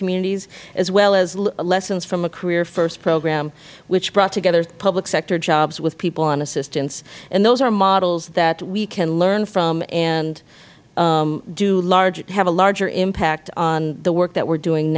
communities as well as lessons from a career first program which brought together public sector jobs with people on assistance and those are models that we can learn from and do large have a larger impact on the work that we are doing